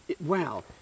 wow